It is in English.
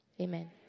Amen